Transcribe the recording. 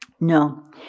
No